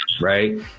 right